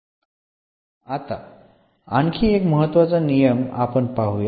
आता आणखी एक महत्वाचा नियम आपण पाहुयात